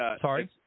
Sorry